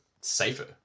safer